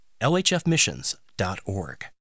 lhfmissions.org